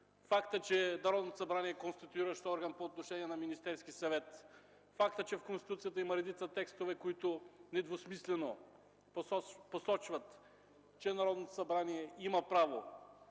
факта, че Народното събрание е конституиращ орган по отношение на Министерския съвет; факта, че в Конституцията има редица текстове, които недвусмислено посочват, че Народното събрание има право